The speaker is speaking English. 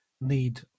need